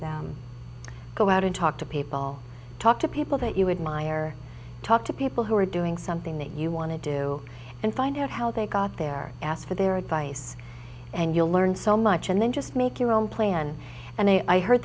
them go out and talk to people talk to people that you would minor talk to people who are doing something that you want to do and find out how they got there ask for their advice and you'll learn so much and then just make your own plan and a i heard